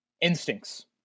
Instincts